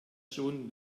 schon